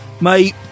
Mate